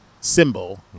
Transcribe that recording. Symbol